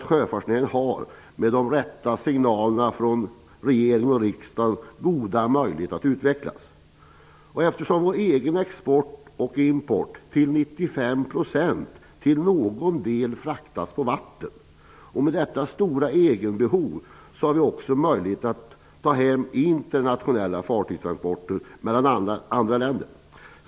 Sjöfartsnäringen har ju, med de rätta signalerna från regering och riksdag, goda möjligheter att utvecklas. Vår egen export och import fraktas till 95 % i någon del på vatten. Med detta stora egenbehov har vi också möjligheter att ta hem internationella fartygstransporter mellan andra länder.